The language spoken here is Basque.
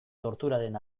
torturaren